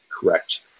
correct